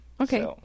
okay